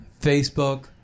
Facebook